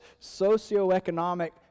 socioeconomic